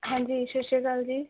ਹਾਂਜੀ ਸਤਿ ਸ਼੍ਰੀ ਅਕਾਲ ਜੀ